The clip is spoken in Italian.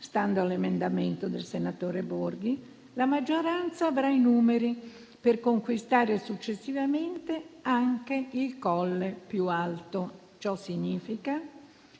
stando all'emendamento del senatore Borghi, la maggioranza avrà i numeri per conquistare successivamente anche il Colle più alto. Ciò significa